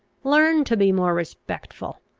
learn to be more respectful!